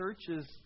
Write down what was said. churches